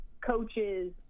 coaches